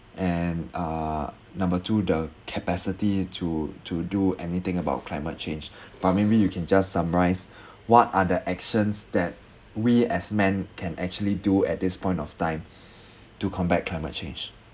and uh number two the capacity to to do anything about climate change but maybe you can just summarise what are the actions that we as men can actually do at this point of time to combat climate change